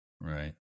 Right